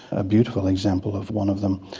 a beautiful example of one of them.